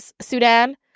Sudan